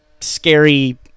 scary